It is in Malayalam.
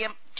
M T